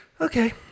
Okay